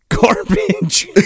garbage